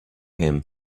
him